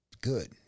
good